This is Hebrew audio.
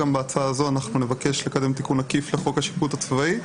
גם בהצעה הזאת נבקש לקדם תיקון עקיף לחוק השיפוט הצבאי,